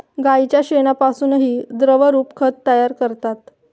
गाईच्या शेणापासूनही द्रवरूप खत तयार करतात